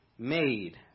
Made